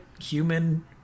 human